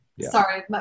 Sorry